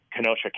Kenosha